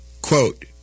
quote